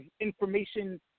information